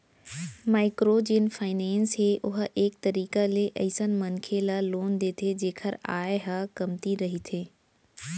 micro जेन finance हे ओहा एक तरीका ले अइसन मनखे ल लोन देथे जेखर आय ह कमती रहिथे